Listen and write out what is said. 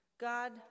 God